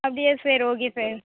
அப்படியா sir okay sir